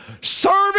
Serving